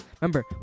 remember